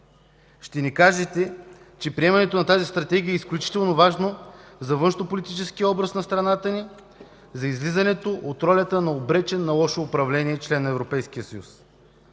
Ще ни кажете, че приемането на тази Стратегия е изключително важно за външнополитическия образ на страната ни, за излизането от ролята на обречен на лошо управление член на Европейския съюз